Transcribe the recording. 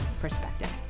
Perspective